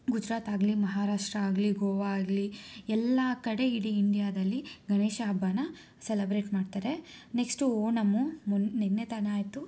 ಗುಜರಾತ್ ಆಗಲಿ ಮಹಾರಾಷ್ಟ್ರ ಆಗಲಿ ಗೋವಾ ಆಗಲಿ ಎಲ್ಲ ಕಡೆ ಇಡೀ ಇಂಡ್ಯಾದಲ್ಲಿ ಗಣೇಶ ಹಬ್ಬಾನ ಸೆಲೆಬ್ರೇಟ್ ಮಾಡ್ತಾರೆ ನೆಕ್ಸ್ಟು ಓಣಮ್ ಮೊ ನಿನ್ನೆ ತಾನೆ ಆಯಿತು